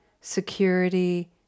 security